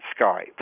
Skype